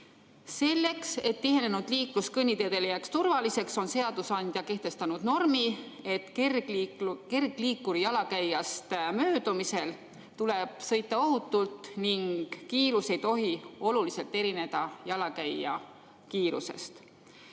Selleks et tihenenud liiklus kõnniteedel jääks turvaliseks, on seadusandja kehtestanud normi, et kergliikuriga jalakäijast möödumisel tuleb sõita ohutult ning kiirus ei tohi oluliselt erineda jalakäija kiirusest.